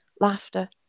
laughter